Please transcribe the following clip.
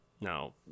no